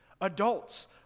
Adults